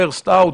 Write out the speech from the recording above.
first out.